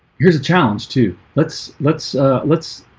here's a challenge to let's let's let's